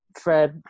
fred